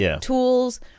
tools